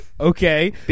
Okay